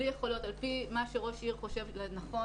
בלי יכולות על פי מה שראש עיר חושב לנכון,